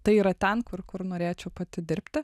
tai yra ten kur kur norėčiau pati dirbti